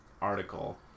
article